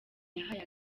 yahaye